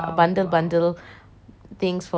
things for teacher's day promotion